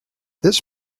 this